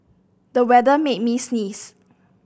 the weather made me sneeze